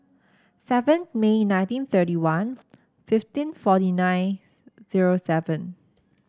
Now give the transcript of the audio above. seven May nineteen thirty one fifteen forty nine zero seven